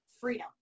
Freedom